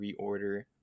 reorder